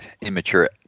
immature